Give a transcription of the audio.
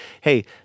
Hey